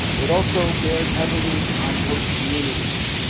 it also bears heavily on host communities,